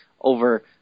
over